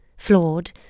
flawed